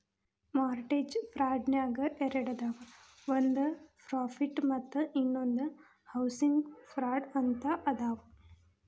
mortgage ಫ್ರಾಡ್ನ್ಯಾಗ ಎರಡದಾವ ಒಂದ್ ಪ್ರಾಫಿಟ್ ಮತ್ತ ಇನ್ನೊಂದ್ ಹೌಸಿಂಗ್ ಫ್ರಾಡ್ ಅಂತ ಅದಾವ